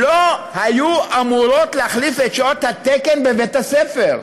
לא היו אמורות להחליף את שעות התקן בבית הספר,